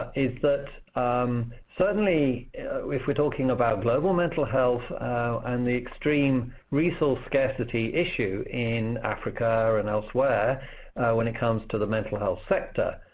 is that certainly if we're talking about global mental health and the extreme resource scarcity issue in africa or and elsewhere when it comes to the mental health sector,